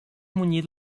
munyit